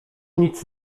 nic